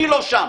אני לא שם.